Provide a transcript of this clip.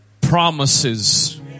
promises